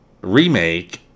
remake